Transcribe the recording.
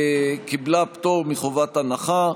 קיבלה פטור מחובת הנחה.